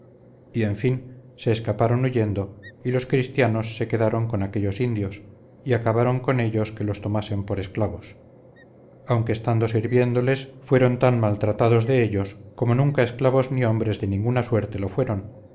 y en fin se escaparon huyendo y los cristianos se quedaron con aquellos indios y acabaron con ellos que los tomasen por esclavos aunque estando sirviéndoles fueron tan maltratados de ellos como nunca esclavos ni hombres de ninguna suerte lo fueron